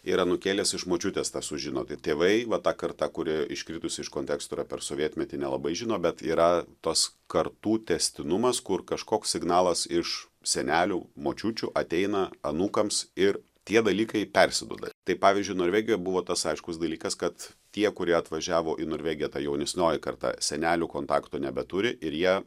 ir anūkėlis iš močiutės tą sužino tai tėvai va ta karta kuri iškritusi iš konteksto yra per sovietmetį nelabai žino bet yra tas kartų tęstinumas kur kažkoks signalas iš senelių močiučių ateina anūkams ir tie dalykai persiduoda tai pavyzdžiui norvegijoje buvo tas aiškus dalykas kad tie kurie atvažiavo į norvegiją ta jaunesnioji karta senelių kontakto nebeturi ir jie